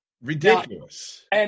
Ridiculous